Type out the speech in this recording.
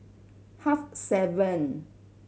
half seven